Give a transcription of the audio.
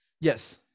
yes